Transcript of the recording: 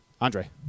Andre